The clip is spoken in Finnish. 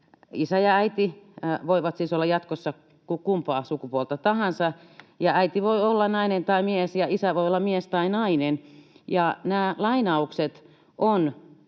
isä ja äiti voivat siis olla jatkossa kumpaa sukupuolta tahansa. Ja äiti voi olla nainen tai mies, ja isä voi olla mies tai nainen, ja nämä lainaukset ovat